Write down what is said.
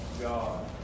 God